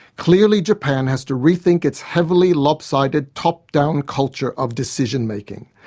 clearly japan has to rethink its heavily lopsided top-down culture of decision making.